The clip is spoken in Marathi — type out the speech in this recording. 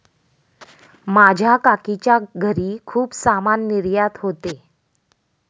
माझ्या काकीच्या घरी खूप सामान निर्यात होते